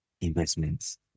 investments